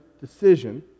decision